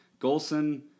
Golson